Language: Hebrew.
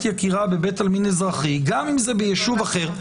יקירה בבית עלמין אזרחי גם אם זה ביישוב אחר,